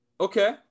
Okay